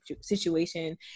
situation